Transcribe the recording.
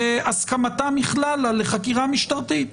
בהסכמתה מכללא לחקירה משטרתית.